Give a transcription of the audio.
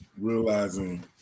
realizing